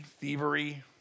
thievery